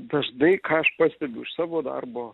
dažnai ką aš pastebiu iš savo darbo